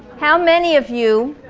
how many of you